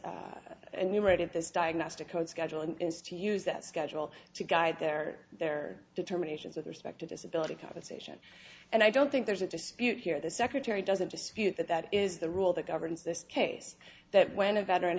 right at this diagnostic code scheduling is to use that schedule to guide their their determinations with respect to disability compensation and i don't think there's a dispute here the secretary doesn't dispute that that is the rule that governs this case that when a veteran